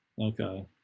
Okay